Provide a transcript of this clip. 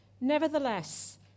Nevertheless